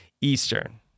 eastern